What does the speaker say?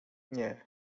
nie